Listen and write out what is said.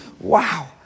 Wow